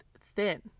thin